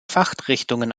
fachrichtungen